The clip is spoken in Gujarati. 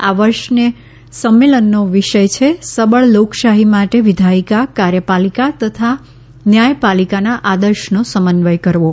આ વર્ષે આ સંમેલનનો વિષય છે સબળ લોકશાહી માટે વિધાયિકા કાર્યપાલિકા તથા ન્યાયપાલિકાના આદર્શનો સમન્વય કરવો